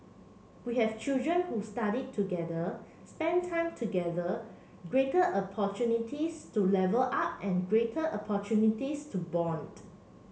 we have children who study together spent time together greater opportunities to level up and greater opportunities to bond